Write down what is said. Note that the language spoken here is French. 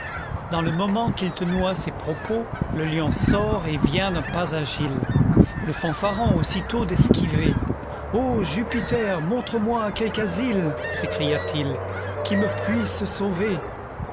dans le moment qu'ils tenaient ces propos le lion sort et vient d'un pas agile le fanfaron aussitôt d'esquiver o jupiter montre-moi quelque asile s'écria-t-il qui me puisse sauver